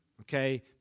okay